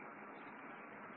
சொற்களஞ்சியம்